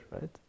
right